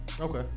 Okay